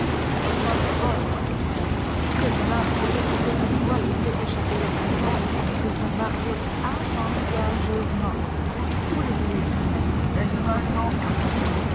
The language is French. sur ma parole dit-elle ce jeune homme est décidé à ne pas laisser échapper l'occasion de se marier avantageusement voulez-vous lire la lettre reprit harriet